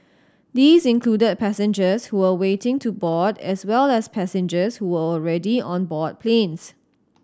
these included passengers who were waiting to board as well as passengers who were already on board planes